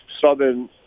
southern